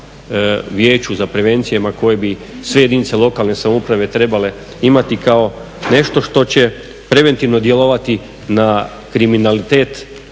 vijeću za prevencijama kojima bi sve jedinice lokalne samouprave trebale imati kao nešto što će preventivno djelovati na kriminalitet